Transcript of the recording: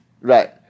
Right